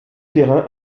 terrain